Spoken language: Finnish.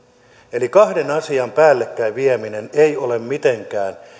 eli kahden asian päällekkäin vieminen ei ole mitenkään